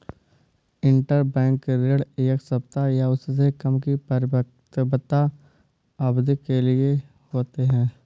interbank ऋण एक सप्ताह या उससे कम की परिपक्वता अवधि के लिए होते हैं